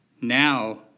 now